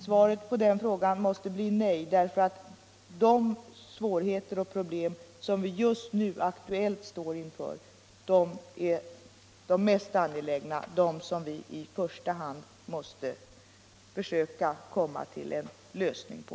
Svaret på den frågan måste bli nej, därför att de svårigheter och problem som vi just nu akut står inför är de mest angelägna, som vi i första hand måste försöka komma till en lösning på.